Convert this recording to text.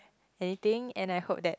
anything and I hope that